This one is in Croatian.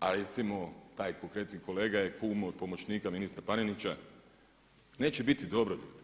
a recimo taj konkretni kolega je kum od pomoćnika ministra Panenića, neće biti dobro ljudi.